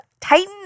Titan